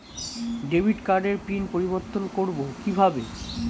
Debit কার্ডের pin পরিবর্তন করবো কীভাবে?